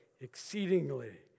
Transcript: exceedingly